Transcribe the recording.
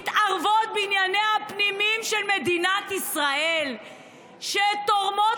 מתערבות בענייניה הפנימיים של מדינת ישראל כשהן תורמות